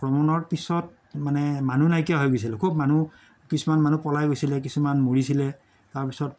আক্ৰমণৰ পিছত মানে মানুহ নাইকিয়া হৈ গৈছিল খুব মানুহ কিছুমান মানুহ পলাই গৈছিলে কিছুমান মৰিছিলে তাৰপিছত